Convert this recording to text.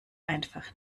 einfach